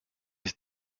his